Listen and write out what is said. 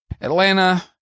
Atlanta